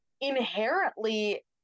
inherently